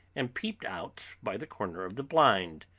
and peeped out by the corner of the blind.